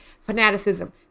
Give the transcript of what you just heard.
fanaticism